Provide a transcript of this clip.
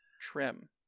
Trim